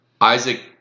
Isaac